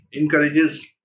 encourages